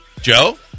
Joe